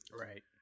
Right